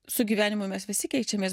su gyvenimu mes visi keičiamės